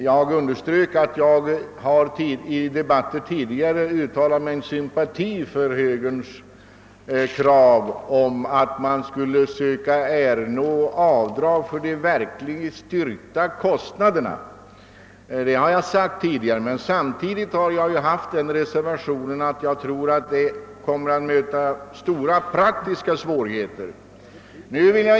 Jag underströk att jag i tidigare debatter uttalat min sympati för högerns krav på att man skulle söka ernå avdragsrätt för de verkligen styrkta kostnaderna. Men samtidigt har jag haft den reservationen att detta möjligen kommer att möta stora praktiska svårigheter.